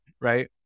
right